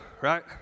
right